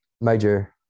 Major